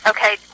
Okay